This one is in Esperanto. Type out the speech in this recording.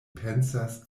pensas